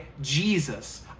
Jesus